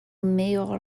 mejor